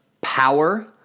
power